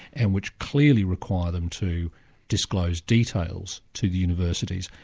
and which clearly require them to disclose details to the universities,